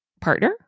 partner